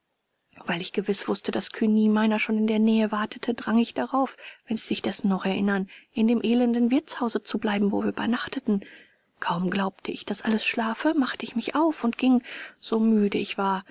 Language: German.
weil ich gewiß wußte daß cugny meiner schon in der nähe warte drang ich darauf wenn sie sich dessen noch erinnern in dem elenden wirtshause zu bleiben wo wir übernachteten kaum glaubte ich daß alles schlafe machte ich mich auf und ging so müde ich war